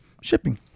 shipping